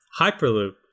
Hyperloop